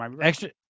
Extra